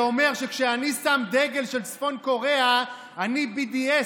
בא לכאן השר הנדל ואומר שכשאני שם דגל של צפון קוריאה אני BDS,